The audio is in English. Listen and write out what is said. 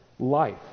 Life